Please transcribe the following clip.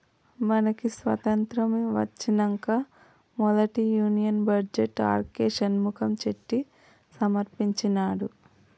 మనకి స్వతంత్రం ఒచ్చినంక మొదటి union budget R K Shanmukham Chetty సమర్పించినాడు